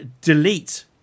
delete